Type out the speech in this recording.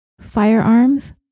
Firearms